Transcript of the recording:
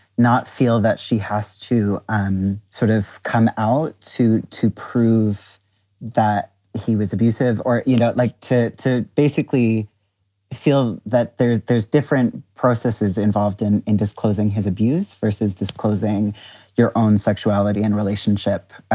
not feel that she has to um sort of come out to to prove that he was abusive or, you know, like to to basically feel that there's there's different processes involved in in disclosing his abuse versus disclosing your own sexuality and relationship.